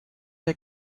der